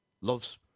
loves